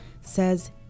says